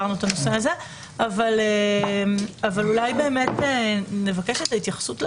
אבל אולי נבקש את ההתייחסות שלכם.